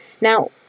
now